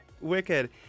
wicked